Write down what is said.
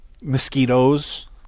Mosquitoes